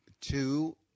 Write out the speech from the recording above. two